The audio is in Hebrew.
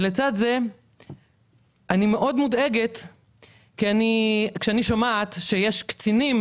לצד זה אני מאוד מודאגת כשאני שומעת שיש קצינים